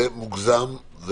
זה מוגזם.